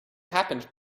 happened